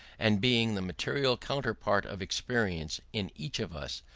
and being the material counterpart of experience in each of us,